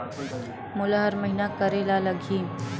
मोला हर महीना करे ल लगही?